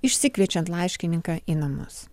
išsikviečiant laiškininką į namus